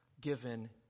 given